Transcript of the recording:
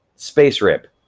spacerip,